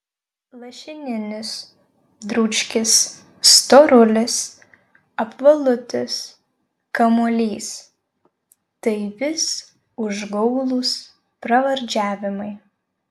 lašininis dručkis storulis apvalutis kamuolys tai vis užgaulūs pravardžiavimai